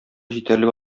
җитәрлек